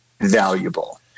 valuable